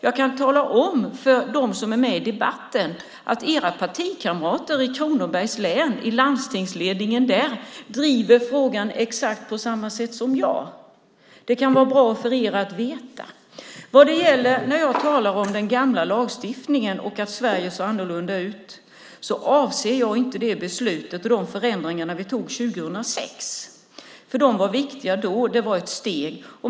Jag kan tala om för dem som är med i debatten att era partikamrater i Kronobergs län i landstingsledningen där driver frågan på exakt samma sätt som jag. Det kan vara bra för er att veta. Vad gäller när jag talar om den gamla lagstiftningen och att Sverige ser annorlunda ut avser jag inte det beslut vi fattade och de förändringar vi antog 2006. De var viktiga då. Det var ett steg.